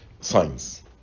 science